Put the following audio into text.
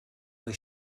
been